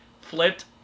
flipped